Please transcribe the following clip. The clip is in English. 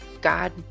God